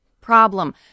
problem